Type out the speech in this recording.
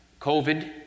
COVID